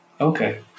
Okay